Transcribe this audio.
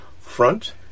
front